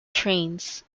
trains